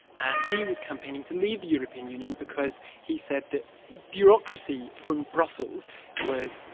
and he was campaigning to leave the european union because he said that bureaucracy from brussels was,